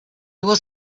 was